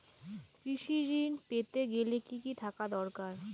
কৃষিঋণ পেতে গেলে কি কি থাকা দরকার?